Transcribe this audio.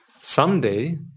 Someday